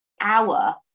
hour